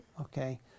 Okay